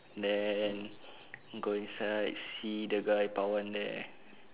then go inside see the guy pawan there